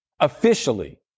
officially